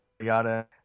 yada